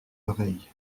oreilles